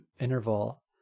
interval